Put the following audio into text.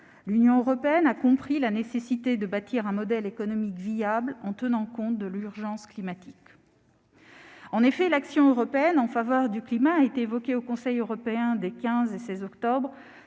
L'Union européenne a compris la nécessité de bâtir un modèle économique viable en tenant compte de l'urgence climatique. Pourtant, l'action européenne en faveur du climat a été évoquée au Conseil européen des 15 et 16 octobre